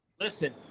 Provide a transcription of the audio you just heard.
listen